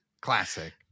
classic